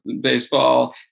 baseball